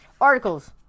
articles